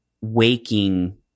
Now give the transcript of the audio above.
waking